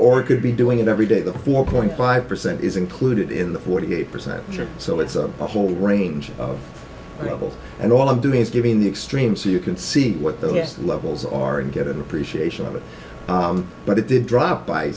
thing or it could be doing it every day the four point five percent is included in the forty eight percent so it's a whole range of rebels and all i'm doing is giving the extreme so you can see what the us levels are and get an appreciation of it but it did drop by